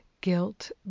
Guilt